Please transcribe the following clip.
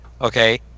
okay